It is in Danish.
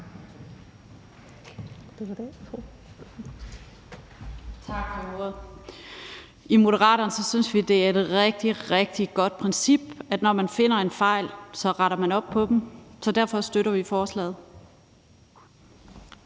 Tak for ordet. I Moderaterne synes vi, det er et rigtig, rigtig godt princip, at når man finder en fejl, retter man op på den. Så derfor støtter vi forslaget.